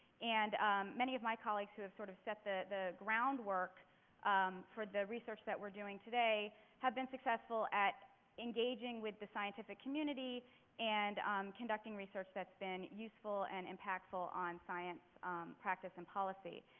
and many of my colleagues who have sort of set the groundwork for the research that we're doing today have been successful at engaging with the scientific community and conducting research that's been useful and impactful on science practice and policy.